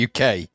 UK